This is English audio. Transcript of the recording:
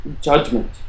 judgment